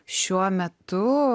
šiuo metu